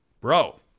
bro